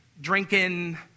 drinking